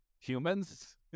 humans